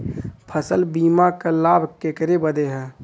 फसल बीमा क लाभ केकरे बदे ह?